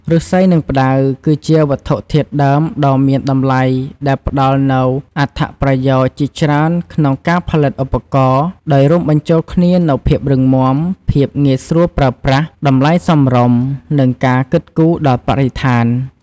ឫស្សី និងផ្តៅ គឺជាវត្ថុធាតុដើមដ៏មានតម្លៃដែលផ្តល់នូវអត្ថប្រយោជន៍ជាច្រើនក្នុងការផលិតឧបករណ៍ ដោយរួមបញ្ចូលគ្នានូវភាពរឹងមាំ ភាពងាយស្រួលប្រើប្រាស់ តម្លៃសមរម្យ និងការគិតគូរដល់បរិស្ថាន។